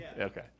Okay